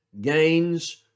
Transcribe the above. gains